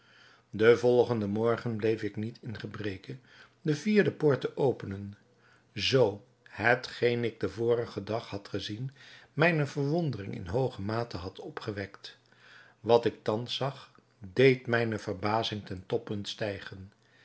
den volgenden morgen bleef ik niet in gebreke de vierde poort te openen zoo hetgeen ik den vorigen dag had gezien mijne verwondering in hooge mate had opgewekt wat ik thans zag deed mijne verbazing ten toppunt stijgen